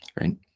right